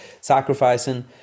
sacrificing